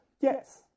Yes